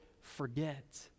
forget